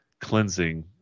cleansing